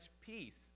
peace